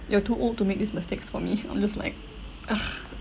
you're too old to make these mistakes for me it looks like